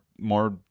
more